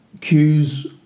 cues